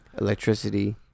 electricity